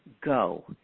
go